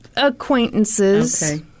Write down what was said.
acquaintances